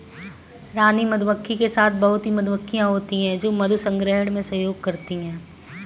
रानी मधुमक्खी के साथ बहुत ही मधुमक्खियां होती हैं जो मधु संग्रहण में सहयोग करती हैं